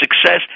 success